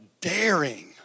daring